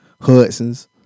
Hudson's